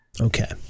okay